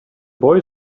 boy